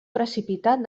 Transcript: precipitat